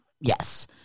Yes